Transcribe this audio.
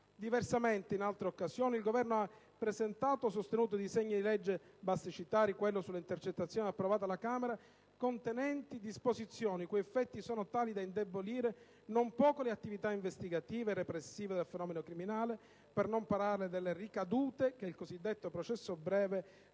Diversamente, in altre occasioni il Governo ha presentato o sostenuto disegni di legge (basti citare quello sulle intercettazioni approvato dalla Camera) contenenti disposizioni i cui effetti sono tali da indebolire non poco le attività investigative e repressive del fenomeno criminale, per non parlare delle ricadute che il cosiddetto processo breve